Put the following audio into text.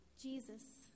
Jesus